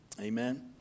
Amen